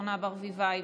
אורנה ברביבאי,